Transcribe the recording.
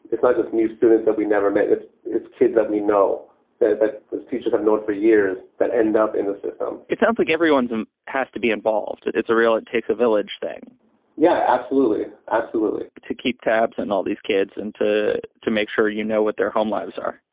it's not just new students that we never met. it's it's kids that we know that that teachers have known for years that end up in the system it sounds like everyone's home um has to be involved. and it's a real it takes a village thing yeah, absolutely. absolutely to keep tabs on all these kids and to to make sure, you know, what their home lives are.